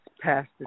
passed